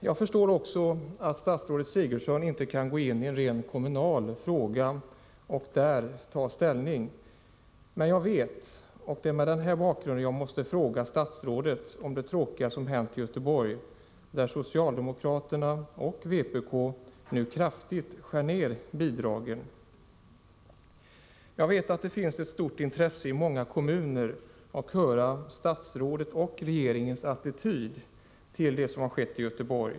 Jag förstår att statsrådet Sigurdsen inte kan gå in i en rent kommunal fråga och ta ställning. Jag måste ändå fråga statsrådet om det tråkiga som hänt i Göteborg, där socialdemokraterna och vpk nu kraftigt skär ned bidragen. Jag vet att det finns ett stort intresse i många kommuner att höra vilken attityd statsrådet och regeringen intar gentemot det som har skett i Göteborg.